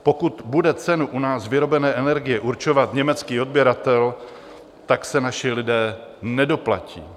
Pokud bude cenu u nás vyrobené energie určovat německý odběratel, tak se naši lidé nedoplatí.